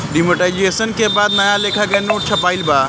demonetisation के बाद नया लेखा के नोट छपाईल बा